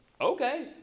Okay